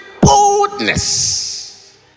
boldness